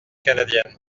canadienne